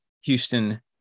Houston